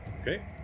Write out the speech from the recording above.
Okay